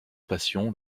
passion